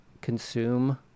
consume